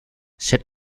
set